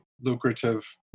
lucrative